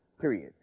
period